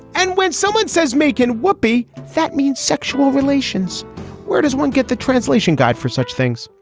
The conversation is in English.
and when someone says make an whippy, that means sexual relations where does one get the translation guide for such things?